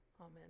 Amen